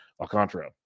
Alcantara